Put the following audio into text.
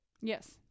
Yes